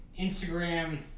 Instagram